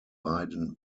beiden